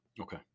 Okay